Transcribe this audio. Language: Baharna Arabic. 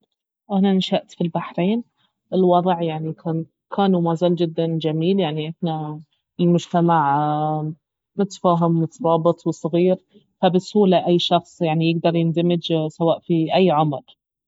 انا نشأت في البحرين الوضع يعني كان- كان ومازال جدا جميل يعني احنا المجتمع متفاهم ومترابط وصغير فبسهولة أي شخص يعني يقدر يندمج سواء في أي عمر